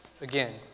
again